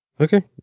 Okay